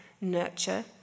nurture